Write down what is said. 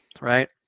right